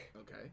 Okay